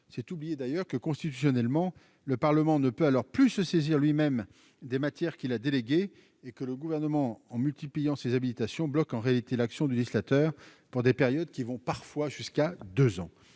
c'est oublier d'ailleurs que, constitutionnellement, le Parlement ne peut alors plus se saisir lui-même des matières qui la déléguée et que le gouvernement en multipliant ces habitations bloque en réalité l'action du législateur pour des périodes qui vont parfois jusqu'à 2 ans,